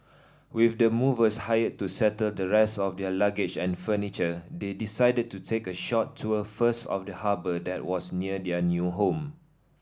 with the movers hired to settle the rest of their luggage and furniture they decided to take a short tour first of the harbour that was near their new home